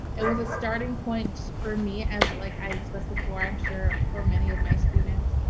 it was a starting point for me as like i expressed before. i am sure for many of my students.